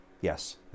Yes